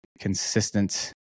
consistent